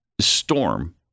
storm